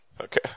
Okay